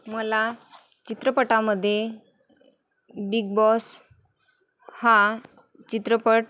मला चित्रपटामध्ये Bigg Boss हा चित्रपट